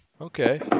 Okay